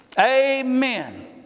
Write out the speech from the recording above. Amen